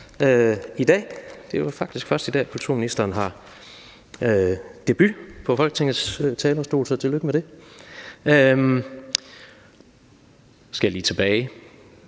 i dag. Det er faktisk først i dag, kulturministeren har debut på Folketingets talerstol, så tillykke med det. Så skal jeg lige finde